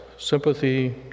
sympathy